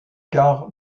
car